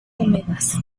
húmedas